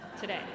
today